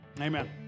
Amen